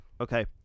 Okay